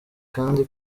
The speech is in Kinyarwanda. kandi